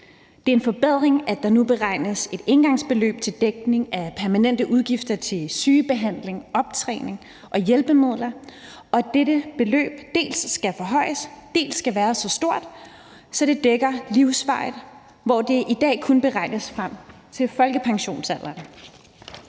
Det er en forbedring, at der nu beregnes et engangsbeløb til dækning af permanente udgifter til sygebehandling, optræning og hjælpemidler, og at dette beløb dels skal forhøjes, dels skal være så stort, at det dækker livsvarigt, hvor det i dag kun beregnes frem til folkepensionsalderen.